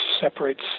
separates